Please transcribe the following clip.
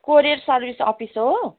courier service office हो